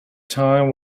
time